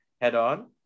head-on